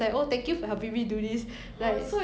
不同 then 很 !huh!